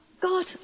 God